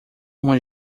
uma